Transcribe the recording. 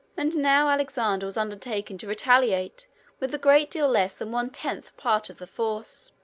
and now alexander was undertaking to retaliate with a great deal less than one tenth part of the force.